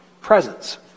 presence